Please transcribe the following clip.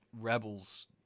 Rebels